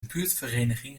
buurtvereniging